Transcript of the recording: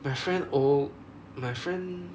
my friend ow~ my friend